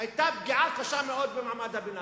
היתה פגיעה קשה מאוד במעמד הביניים.